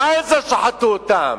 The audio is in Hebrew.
בעזה שחטו אותם.